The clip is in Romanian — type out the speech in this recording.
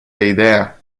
ideea